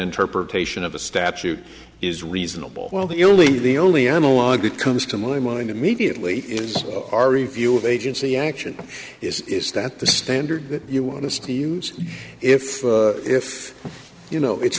interpretation of a statute is reasonable while the only the only analog that comes to my mind immediately is our review of agency action is is that the standard that you want us to use if if you know it's